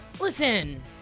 listen